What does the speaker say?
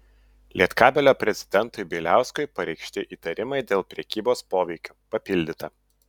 lietkabelio prezidentui bieliauskui pareikšti įtarimai dėl prekybos poveikiu papildyta